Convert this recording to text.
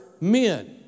men